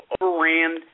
overran